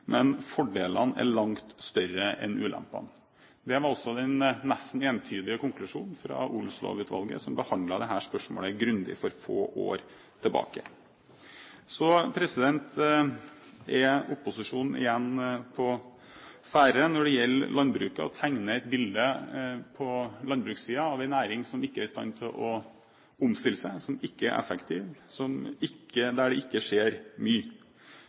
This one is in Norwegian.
men fordelene er langt større enn ulempene. Det var også den nesten entydige konklusjonen fra Odelslovutvalget, som behandlet dette spørsmålet grundig få år tilbake. Opposisjonen er igjen på ferde når det gjelder landbruket, og tegner et bilde på landbrukssiden av en næring som ikke er i stand til å omstille seg, som ikke er effektiv, der det ikke skjer mye.